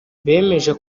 bemeje